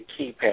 keypad